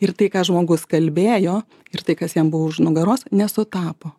ir tai ką žmogus kalbėjo ir tai kas jam buvo už nugaros nesutapo